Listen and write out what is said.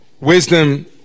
wisdom